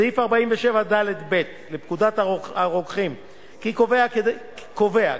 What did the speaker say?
סעיף 47ד(ב) לפקודת הרוקחים קובע,